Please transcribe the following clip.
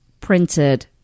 printed